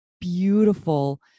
beautiful